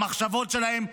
במחשבות שלהם,